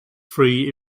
free